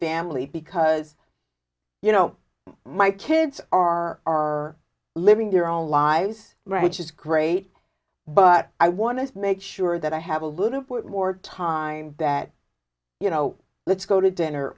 family because you know my kids are living their own lives right is great but i want to make sure that i have a little bit more time that you know let's go to dinner